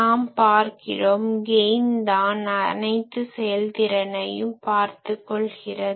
நாம் பார்க்கிறோம் கெய்ன் தான் அனைத்து செயல்திறனையும் பார்த்து கொள்கிறது